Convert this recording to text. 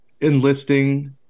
enlisting